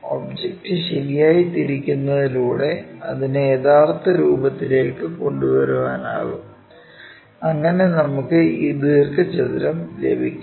object ശരിയായി തിരിക്കുന്നതിലൂടെ അതിനെ യഥാർത്ഥ രൂപത്തിലേക്ക് തിരികെ കൊണ്ടുവരാനാകും അങ്ങിനെ നമുക്ക് ഈ ദീർഘചതുരം ലഭിക്കും